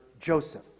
Joseph